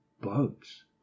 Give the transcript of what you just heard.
Bugs